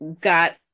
got